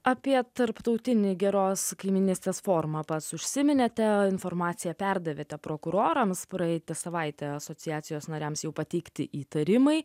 apie tarptautinį geros kaimynystės formą pats užsiminėte informaciją perdavė prokurorams praeitą savaitę asociacijos nariams jų pateikti įtarimai